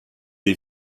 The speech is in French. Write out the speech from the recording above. des